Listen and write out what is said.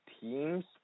teams